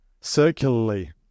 circularly